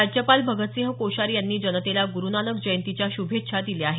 राज्यपाल भगतसिंह कोश्यारी यांनी जनतेला गुरुनानक जयंतीच्या शुभेच्छा दिल्या आहेत